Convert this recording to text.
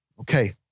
Okay